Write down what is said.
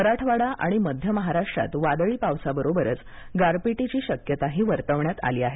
मराठवाडा आणि मध्य महाराष्ट्रात वादळी पावसा बरोबरच गारपीटीची शक्यताही वर्तवण्यात आली आहे